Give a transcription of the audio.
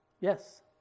Yes